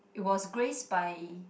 it was graced by